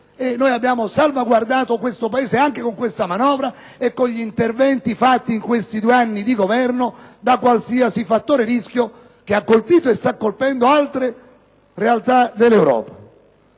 Noi abbiamo salvaguardato l'Italia anche con questa manovra e con gli interventi avviati negli ultimi due anni di governo da qualsiasi fattore rischio che ha colpito e sta colpendo - ripeto - altre realtà dell'Europa.